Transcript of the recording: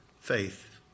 Faith